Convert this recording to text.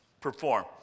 perform